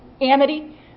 Amity